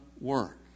work